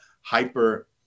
hyper